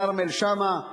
כרמל שאמה,